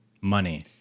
money